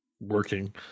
working